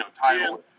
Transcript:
title